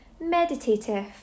meditative